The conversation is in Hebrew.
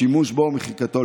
השימוש בו ומחיקתו,